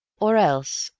or else,